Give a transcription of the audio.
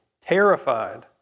terrified